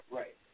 right